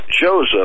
Joseph